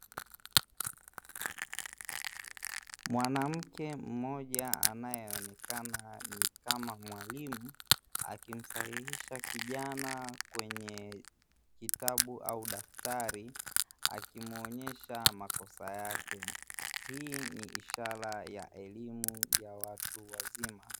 Mwanamke mmoja anayeonekana ni kama mwalimu akimsahihisha kijana kwenye kitabu au daftari, akimuonyesha makosa yake. Hii ni ishara ya elimu ya watu wazima.